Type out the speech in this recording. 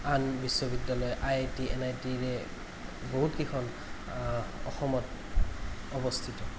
আন বিশ্ববিদ্য়ালয় I I T এন আই টিৰে বহুত কেইখন অসমত অৱস্থিত